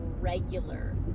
regular